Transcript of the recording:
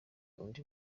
undi